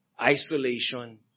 isolation